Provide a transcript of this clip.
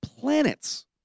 planets